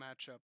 matchup